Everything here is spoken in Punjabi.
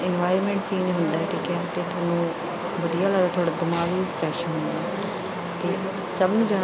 ਇਨਵਾਇਰਮੈਂਟ ਚੇਂਜ ਹੁੰਦਾ ਠੀਕ ਹੈ ਅਤੇ ਤੁਹਾਨੂੰ ਵਧੀਆ ਲੱਗਦਾ ਥੋੜ੍ਹਾ ਦਿਮਾਗ ਵੀ ਫਰੈੱਸ਼ ਹੁੰਦਾ ਅਤੇ ਸਭ ਨੂੰ ਜਾਣ